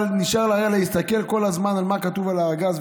נשאר לה רק להסתכל כל הזמן על מה כתוב על הארגז,